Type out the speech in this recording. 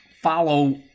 follow